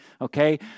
okay